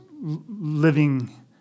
living